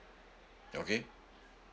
okay